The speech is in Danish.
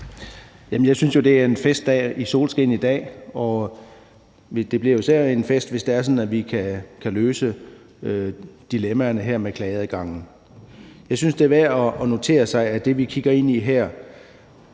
Jeg synes jo, det er en festdag i solskin i dag, og det bliver jo især en fest, hvis det er sådan, at vi kan løse dilemmaerne her med klageadgangen. Jeg synes, det er værd at notere sig, at det, vi kigger ind i her,